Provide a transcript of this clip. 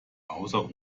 außer